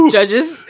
Judges